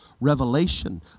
revelation